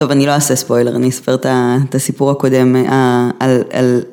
טוב אני לא אעשה ספוילר אני אספר את הסיפור הקודם על על...